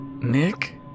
Nick